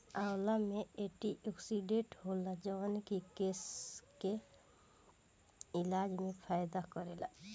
आंवला में एंटीओक्सिडेंट होला जवन की केंसर के इलाज में फायदा करेला